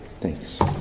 Thanks